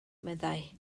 meddai